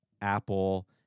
Apple